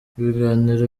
ibiganiro